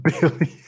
Billion